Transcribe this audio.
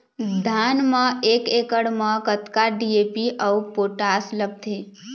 धान म एक एकड़ म कतका डी.ए.पी अऊ पोटास लगथे?